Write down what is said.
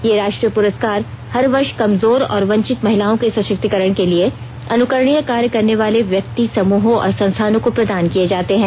ये राष्ट्रीय पुरस्कार हर वर्ष कमजोर और वंचित महिलाओं के ्र संस्थानों को लिए अनुकरणीय कार्य करने वाले व्यक्ति समूहों और संस्थानों को प्रदान किए जाते हैं